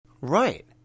Right